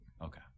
Okay